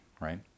right